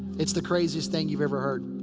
it's the craziest thing you've ever heard.